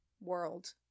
world